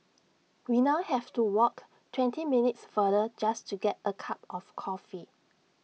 we now have to walk twenty minutes farther just to get A cup of coffee